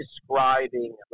describing